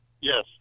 Yes